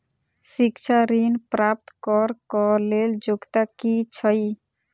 शिक्षा ऋण प्राप्त करऽ कऽ लेल योग्यता की छई?